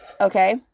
okay